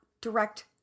direct